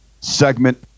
segment